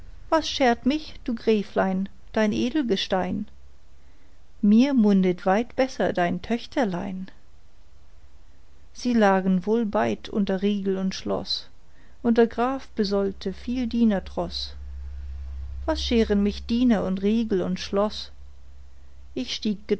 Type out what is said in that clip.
was schert mich du gräflein dein edelgestein mir mundet weit besser dein töchterlein sie lagen wohl beid unter riegel und schloß und der graf besold'te viel dienertroß was scheren mich diener und riegel und schloß ich stieg